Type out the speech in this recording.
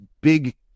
big